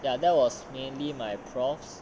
ya that was mainly my professor